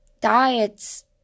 Diets